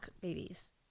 babies